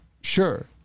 Sure